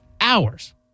hours